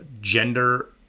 gender